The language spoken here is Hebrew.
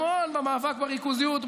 במאבק בריכוזיות,